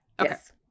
Yes